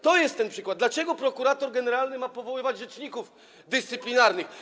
To jest ten przykład, który mówi, dlaczego prokurator generalny ma powoływać rzeczników dyscyplinarnych.